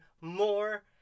more